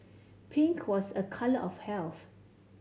pink was a colour of health